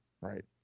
right